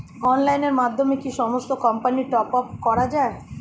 অনলাইনের মাধ্যমে কি সমস্ত কোম্পানির টপ আপ করা যায়?